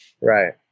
Right